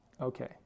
Okay